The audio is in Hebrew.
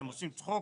אתם עושים צחוק?